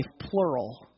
plural